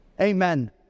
amen